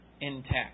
intact